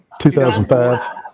2005